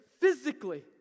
physically